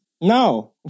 No